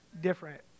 different